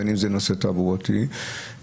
בין אם זה נושא תעבורתי ובין